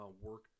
work